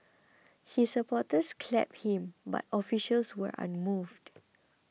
his supporters clapped him but officials were unmoved